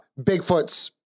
Bigfoot's